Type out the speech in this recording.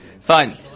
fine